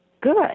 good